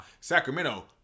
Sacramento